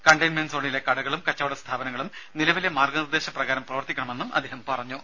containment സോണിലെ കടകളും കച്ചവട സ്ഥാപനങ്ങളും നിലവിലെ മാർഗനിർദ്ദേശപ്രകാരം പ്രവർത്തിക്കണമെന്നും അദ്ദേഹം പറഞ്ഞു